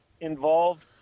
involved